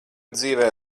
dzīvē